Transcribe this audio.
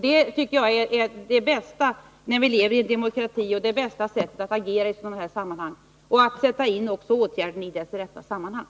Det tycker jag är det bästa, när vi lever i en demokrati. Det är det bästa sättet att agera, att sätta in den aktuella åtgärden i dess rätta sammanhang.